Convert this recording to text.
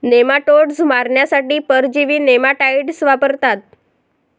nematodes मारण्यासाठी परजीवी nematicides वापरतात